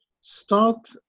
start